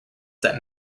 that